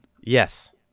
yes